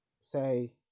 say